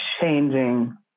changing